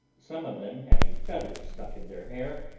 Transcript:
some of them having feathers stuck in their hair,